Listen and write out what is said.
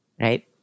Right